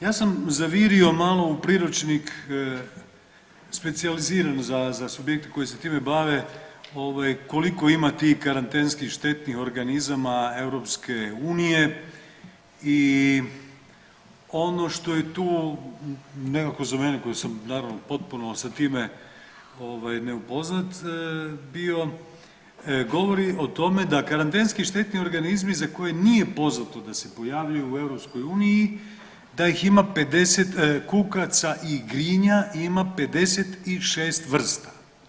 Ja sam zavirio malo u priručnik specijaliziran za subjekte koji se time bave koliko ima tih karantenskih štetnih organizama EU i ono što je tu nekako za mene koji sam naravno potpuno sa time ovaj neupoznat bio, govori o tome da karantenski štetni organizmi za koje nije poznato da se pojavljuju u EU da ih ima 50 kukaca i grinja ima 56 vrsta.